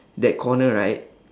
that corner right